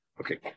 Okay